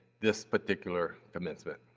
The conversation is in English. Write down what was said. this particular commencement.